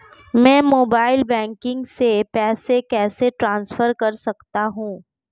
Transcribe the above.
मैं mobile banking से पैसे कैसे ट्रांसफर कर सकता हूं?